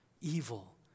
evil